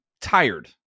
tired